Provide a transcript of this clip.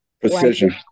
Precision